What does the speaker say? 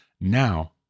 now